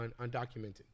undocumented